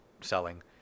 selling